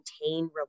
maintain